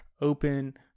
open